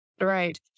Right